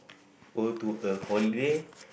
go to a holiday